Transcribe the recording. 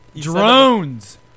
Drones